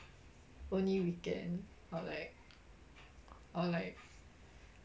only weekend or like or like